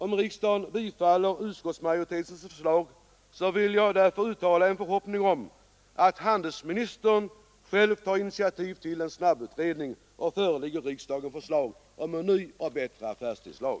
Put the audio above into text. Om riksdagen bifaller utskottsmajoritetens förslag vill jag uttala en förhoppning att handelsministern själv tar initiativ till en snabbutredning och förelägger riksdagen förslag om en ny och bättre affärstidslag.